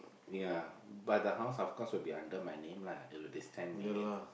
ya but the house of course will be under my name lah it is ten million